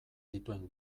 dituen